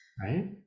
right